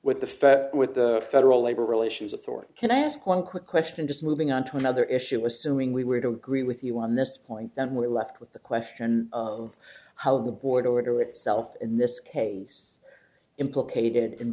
with the fed with the federal labor relations authority can i ask one quick question just moving on to another issue assuming we were to agree with you on this point then we're left with the question of how the border itself in this case implicated in